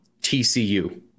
TCU